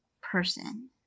person